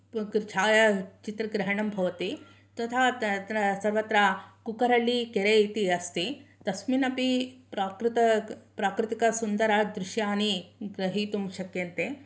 छायाचित्रग्रहणं भवति तथा सर्वत्र कुक्करळ्ळि केरे इति अस्ति तस्मिन् अपि प्राकृत प्राकृतिकसुन्दरदृश्याणि ग्रहितुं शक्यन्ते